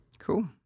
cool